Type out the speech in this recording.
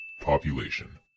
Population